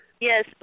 Yes